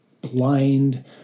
blind